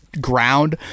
ground